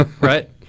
right